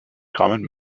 common